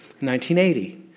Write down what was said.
1980